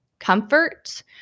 Comfort